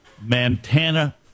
Montana